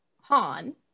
Han